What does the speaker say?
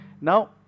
now